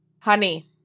honey